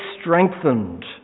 strengthened